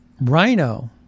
rhino